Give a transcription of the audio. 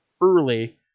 early